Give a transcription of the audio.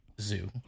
Zoo